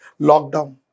lockdown